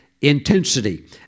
intensity